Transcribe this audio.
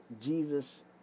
Jesus